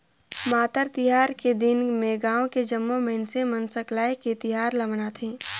मातर तिहार के दिन में गाँव के जम्मो मइनसे मन सकलाये के तिहार ल मनाथे